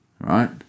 right